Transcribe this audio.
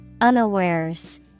unawares